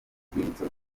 urwibutso